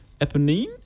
Eponine